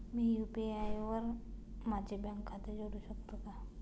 मी UPI वर माझे bank खाते जोडू शकतो का?